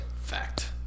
Fact